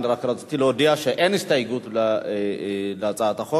רק רציתי להודיע שאין הסתייגות להצעת החוק